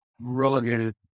relegated